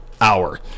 hour